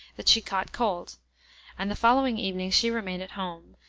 that she caught cold and the following evening she remained at home,